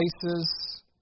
places